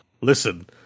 listen